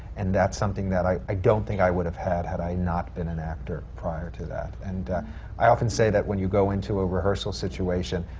and that's something that i i don't think i would have had had i not been an actor prior to that. and i often say that when you go into a rehearsal situation,